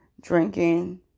drinking